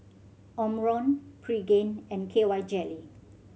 Omron Pregain and K Y Jelly